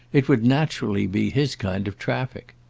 it would naturally be his kind of traffic.